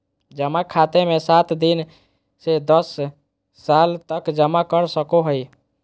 जमा खाते मे सात दिन से दस साल तक जमा कर सको हइ